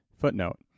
Footnote